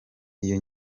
iyo